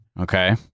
Okay